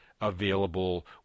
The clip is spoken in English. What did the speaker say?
available